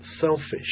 selfish